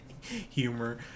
humor